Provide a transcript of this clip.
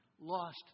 lost